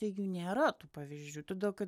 tai jų nėra tų pavyzdžių todėl kad